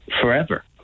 forever